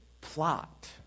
plot